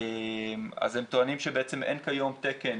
הם טוענים שאין כיום תקן